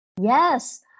Yes